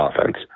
offense